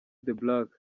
black